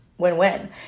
win-win